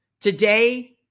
Today